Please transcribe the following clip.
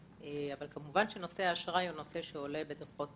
אבל כמובן שנושא האשראי הוא נושא שעולה בדוחות